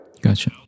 Gotcha